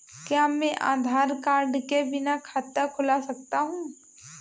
क्या मैं आधार कार्ड के बिना खाता खुला सकता हूं?